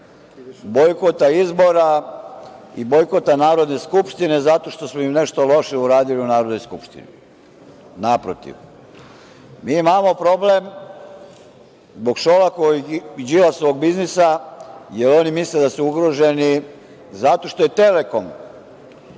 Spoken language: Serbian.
bojkota izbora i bojkota Narodne skupštine, zato što smo im nešto loše uradili u Narodnoj skupštini. Naprotiv, mi imamo problem zbog Šolakovog i Đilasovog biznisa, jer oni misle da su ugroženi, zato što je „Telekom“